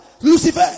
Lucifer